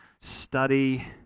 study